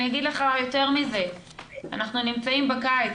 אני אגיד לך יותר מזה, אנחנו נמצאים בקיץ,